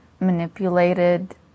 manipulated